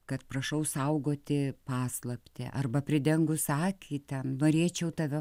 kad prašau saugoti paslaptį arba pridengus akį ten norėčiau tave